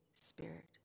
Spirit